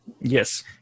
yes